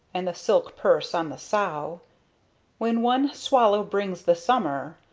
and the silk purse on the sow when one swallow brings the summer,